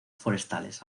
forestales